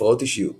הפרעות אישיות